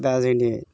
दा जोंनि